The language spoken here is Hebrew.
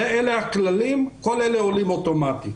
אלה הכללים, כל אלה עולים אוטומטית.